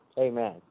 Amen